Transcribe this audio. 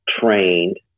trained